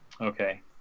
Okay